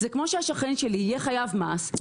זה כמו שהשכן שלי יהיה חייב מס,